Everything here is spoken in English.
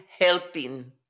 helping